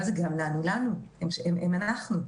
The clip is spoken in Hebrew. הם אנחנו.